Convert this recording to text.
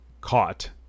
caught